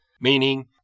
meaning